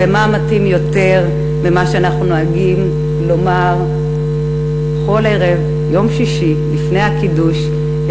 ומה מתאים יותר ממה שאנחנו נוהגים לומר כל ערב יום שישי לפני הקידוש,